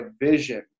vision